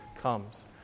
comes